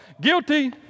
Guilty